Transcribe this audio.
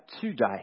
today